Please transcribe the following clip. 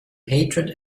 hatred